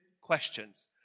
questions